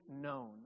known